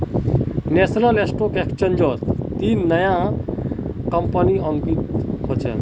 national stock एक्सचेंजट तीन नया ला कंपनि अंकित हल छ